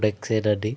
ఎక్సేనా అండి